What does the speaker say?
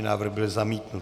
Návrh byl zamítnut.